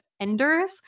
enders